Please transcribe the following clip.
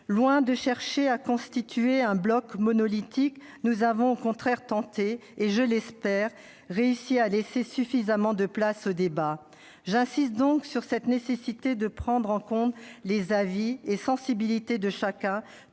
Loin de chercher à constituer un bloc monolithique, nous avons au contraire tenté, et je l'espère, réussi à laisser suffisamment de place au débat. J'insiste sur cette nécessité de prendre en compte les avis et sensibilités de chacun,